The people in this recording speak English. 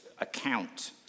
account